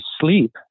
sleep